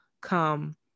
come